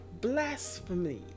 blasphemy